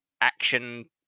action